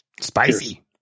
spicy